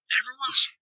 everyone's